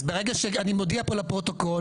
אז אני מודיע פה לפרוטוקול,